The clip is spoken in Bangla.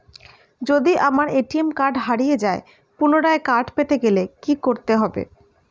যদি আমার এ.টি.এম কার্ড হারিয়ে যায় পুনরায় কার্ড পেতে গেলে কি করতে হবে?